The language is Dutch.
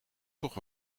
toch